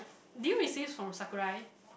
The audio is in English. did you receive from Sakurai